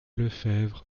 lefebvre